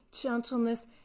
gentleness